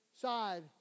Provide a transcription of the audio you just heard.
side